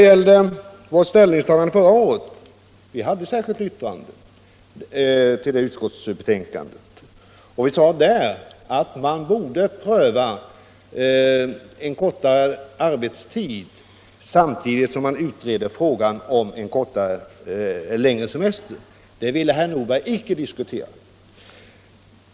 Förra året avgav vi ett särskilt yttrande till det utskottsbetänkande som då behandlades, och där sade vi att man borde pröva en kortare arbetstid samtidigt som frågan om längre semester utreds. Detta ville herr Nordberg inte diskutera.